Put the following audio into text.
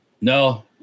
No